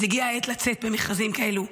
אז הגיעה העת לצאת במכרזים כאלו,